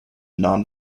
non